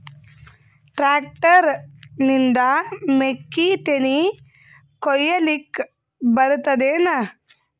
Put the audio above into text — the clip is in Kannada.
ಟ್ಟ್ರ್ಯಾಕ್ಟರ್ ನಿಂದ ಮೆಕ್ಕಿತೆನಿ ಕೊಯ್ಯಲಿಕ್ ಬರತದೆನ?